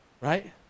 Right